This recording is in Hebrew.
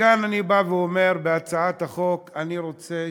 מכאן אני בא ואומר בהצעת החוק, אני רוצה,